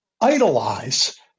Idolize